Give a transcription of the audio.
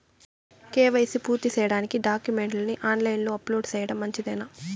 KYC పూర్తి సేయడానికి డాక్యుమెంట్లు ని ఆన్ లైను లో అప్లోడ్ సేయడం మంచిదేనా?